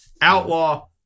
Outlaw